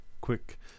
quick